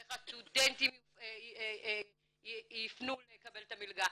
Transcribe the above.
איך הסטודנטים יפנו לקבל את המילגה,